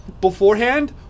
beforehand